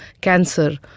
cancer